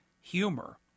humor